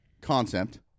concept